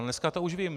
Dneska to už vím.